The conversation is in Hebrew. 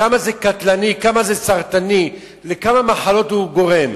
כמה זה קטלני, כמה זה סרטני ולכמה מחלות זה גורם.